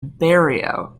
barrio